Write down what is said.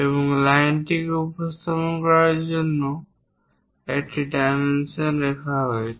এবং লাইনটিকে উপস্থাপন করার জন্য একটি ডাইমেনশন রেখা রয়েছে